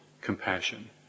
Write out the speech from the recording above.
compassion